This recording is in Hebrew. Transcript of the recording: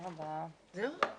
הישיבה ננעלה בשעה 13:13.